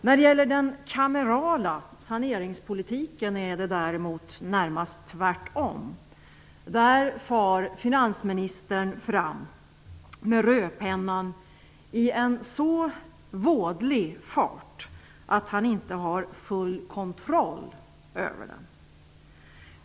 När det gäller den kamerala saneringspolitiken är det närmast tvärtom. Där far finansministern fram med rödpennan i en så vådlig fart att han inte har full kontroll.